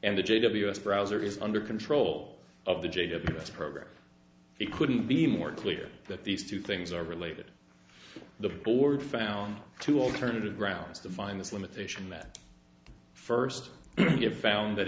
and the j ws browser is under control of the jadedness program he couldn't be more clear that these two things are related to the board found to alternative grounds to find this limitation that first you found that